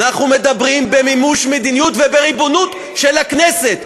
אנחנו מדברים במימוש מדיניות ובריבונות של הכנסת.